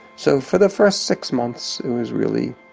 so for the first six months it was really,